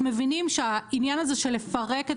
אנחנו מבינים שהעניין הזה של לפרק את